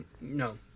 No